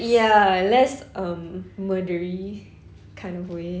ya less um murdery kind of way